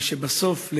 אבל בסוף,